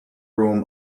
room